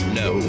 no